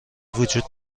وجود